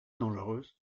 dangereuse